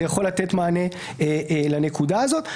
זה יכול לתת מענה לנקודה הזאת.